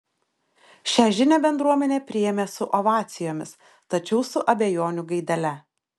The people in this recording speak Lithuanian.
šia žinią bendruomenė priėmė su ovacijomis tačiau su abejonių gaidele